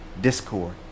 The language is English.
discord